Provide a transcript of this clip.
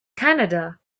canada